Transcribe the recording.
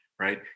right